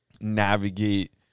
navigate